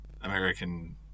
American